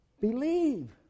Believe